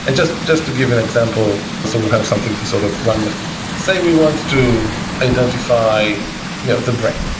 and just just to give an example, so we'll have something to sort of run with say we want to identify yeah the brain.